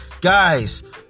Guys